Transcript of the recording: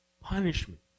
punishment